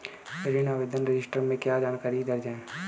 ऋण आवेदन रजिस्टर में क्या जानकारी दर्ज है?